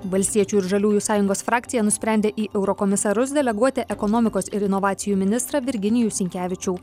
valstiečių ir žaliųjų sąjungos frakcija nusprendė į eurokomisarus deleguoti ekonomikos ir inovacijų ministrą virginijų sinkevičių